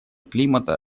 климата